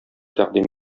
тәкъдим